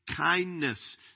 kindness